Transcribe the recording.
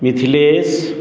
Mithilesh